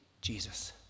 Jesus